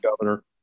governor